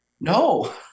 No